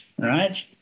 right